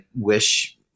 wish